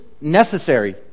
necessary